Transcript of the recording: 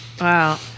Wow